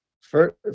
first